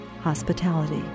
hospitality